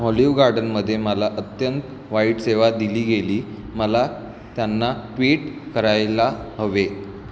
olive गार्डनमध्ये मला अत्यंत वाईट सेवा दिली गेली मला त्यांना ट्विट करायला हवे